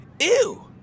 Ew